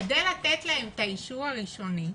כדי לתת להם את האישור הראשוני,